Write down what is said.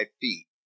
feet